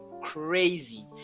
crazy